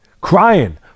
crying